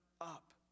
up